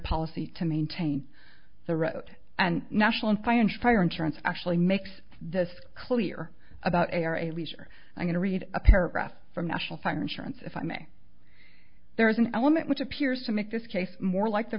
policy to maintain the road and national and financial fire insurance actually makes this clear about a lease or i'm going to read a paragraph from national fire insurance if i may there is an element which appears to make this case more like the